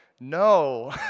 no